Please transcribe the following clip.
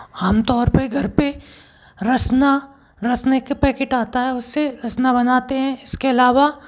आमतौर पर घर पर रसना रसने का पैकेट आता है उससे रसना बनाते हैं इसके अलावा